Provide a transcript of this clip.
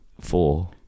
four